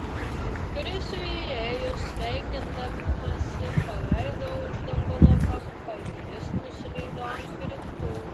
krisiui įėjus sveikindamasi paleido uždangalo kampą ir jis nuslydo ant grindų